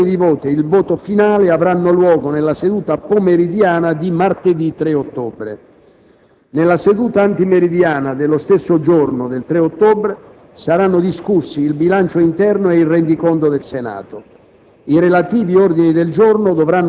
In ogni caso, le dichiarazioni di voto e il voto finale avranno luogo nella seduta pomeridiana di martedì 3 ottobre. Nella seduta antimeridiana dello stesso giorno saranno discussi il bilancio interno e il rendiconto del Senato.